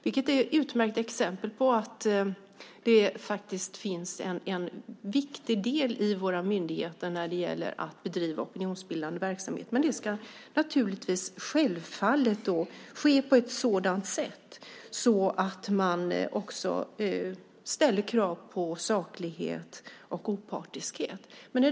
Det är utmärkta exempel på att det finns en viktig del för våra myndigheter att bedriva opinionsbildande verksamhet. Det ska självfallet ske på ett sådant sätt att man ställer krav på saklighet och opartiskhet.